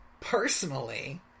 personally